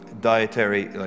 dietary